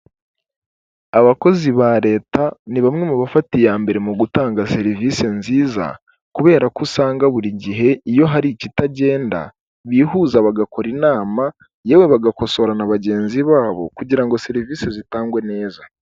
Abakozi ba leta ni bamwe mu bafata iya mbere mu gutanga serivisi nziza, kubera ko usanga buri gihe iyo hari ikitagenda bihuza bagakora inama yewe bagakosora na bagenzi babo kugira ngo serivisi zitangwe neza.